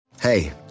Hey